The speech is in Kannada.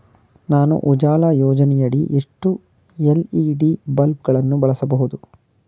ನಾನು ಉಜಾಲ ಯೋಜನೆಯಡಿ ಎಷ್ಟು ಎಲ್.ಇ.ಡಿ ಬಲ್ಬ್ ಗಳನ್ನು ಬಳಸಬಹುದು?